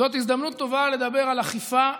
זאת הזדמנות טובה לדבר על אכיפה,